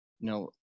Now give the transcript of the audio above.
No